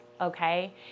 okay